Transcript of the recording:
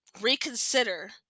reconsider